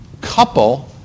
couple